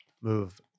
move